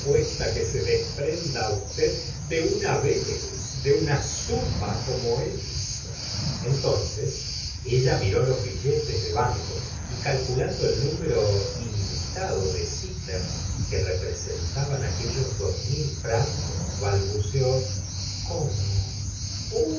que se desprenda usted de una vez de una suma como esa entonces ella miró los billetes de banco y calculando el número ilimitado de citas que representaban aquellos dos mil francos balbuceó cómo